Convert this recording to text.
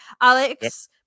Alex